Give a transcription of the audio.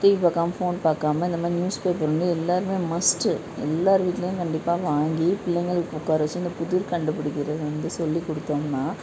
TV பார்க்காம phone பார்க்காம இந்த மாதிரி நியூஸ் பேப்பர் வந்து எல்லாருமே மஸ்ட்டு எல்லார் வீட்டிலையும் கண்டிப்பாக வாங்கி பிள்ளைங்களை உட்கார வச்சு இந்த புதிர் கண்டுபிடிக்கிறது வந்து சொல்லிக்கொடுத்தோம்னா